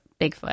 Bigfoot